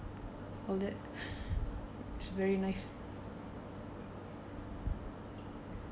all that it's very nice